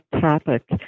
topic